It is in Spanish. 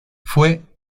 fue